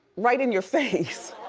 right in your face.